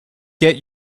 get